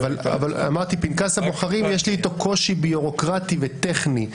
אבל אמרתי שעם פנקס הבוחרים יש לי קושי ביורוקרטי וטכני,